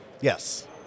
Yes